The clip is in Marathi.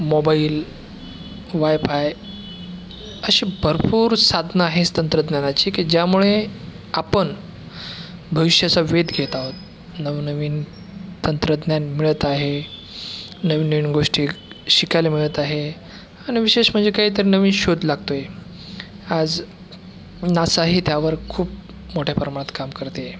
मोबाईल वाय फाय अशी भरपूर साधनं आहे इस् तंत्रज्ञानाची की ज्यामुळे आपण भविष्याचा वेध घेत आहोत नवनवीन तंत्रज्ञान मिळत आहे नवीन नवीन गोष्टी शिकायला मिळत आहे आणि विशेष म्हणजे काय तर नवीन शोध लागतो आहे आज नासाही त्यावर खूप मोठ्या प्रमाणात काम करत आहे